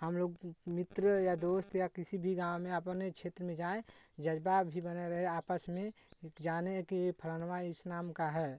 हमलोग मित्र या दोस्त या किसी भी गाँव में आपने क्षेत्र में जाएं जज़्बा भी बना रहे आपस में एक जाने कि फलनमा इस नाम का है